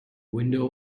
window